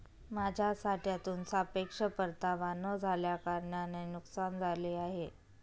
माझ्या साठ्यातून सापेक्ष परतावा न झाल्याकारणाने नुकसान झाले आहे